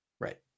Right